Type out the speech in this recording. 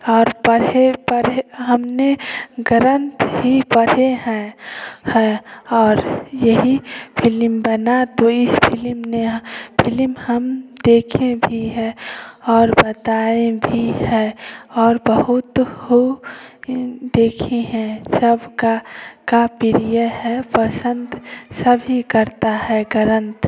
और पढ़े पढ़े हमने ग्रंथ ही पढ़े हैं है और यही फिल्म बना तो इस फिल्म फिल्म हम देखें भी है और बताएं भी है और बहुत हो देखे हैं सबका का प्रिय है पसंद सभी करता है ग्रन्थ